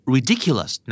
Ridiculous